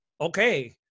okay